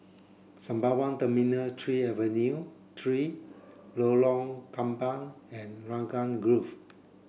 Sembawang Terminal three Avenue three Lorong Kembang and Raglan Grove